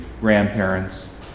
grandparents